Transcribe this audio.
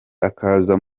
akaza